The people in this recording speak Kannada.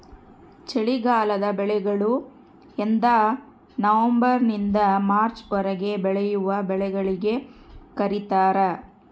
ಚಳಿಗಾಲದ ಬೆಳೆಗಳು ಎಂದನವಂಬರ್ ನಿಂದ ಮಾರ್ಚ್ ವರೆಗೆ ಬೆಳೆವ ಬೆಳೆಗಳಿಗೆ ಕರೀತಾರ